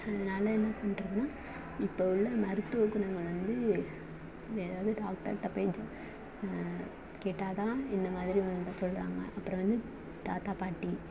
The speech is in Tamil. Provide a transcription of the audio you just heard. அதனால் என்ன பண்ணுறது இப்போ உள்ள மருத்துவ குணங்கள் வந்து எதாவது டாக்டர்கிட்ட போய் எதுவும் கேட்டா தான் இந்த மாதிரி வந்து சொல்லுறாங்க அப்புறம் வந்து தாத்தா பாட்டி